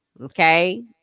Okay